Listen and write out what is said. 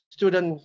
Student